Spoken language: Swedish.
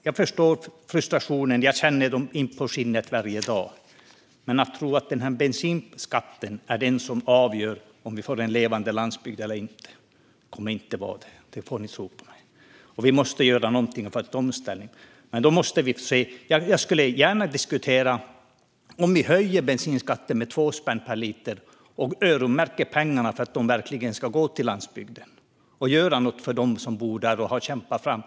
Jag förstår frustrationen - jag känner den inpå skinnet varje dag - men bensinskatten kommer inte att vara det som avgör om vi får en levande landsbygd eller inte. Det får ni tro på. Vi måste göra någonting för att ställa om, men jag skulle gärna diskutera en höjning av bensinskatten med 2 spänn per liter och att pengarna öronmärktes så att de verkligen går till landsbygden och gör någonting för dem som bor där och har kämpat för det.